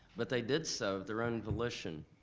but they did so of their own volition,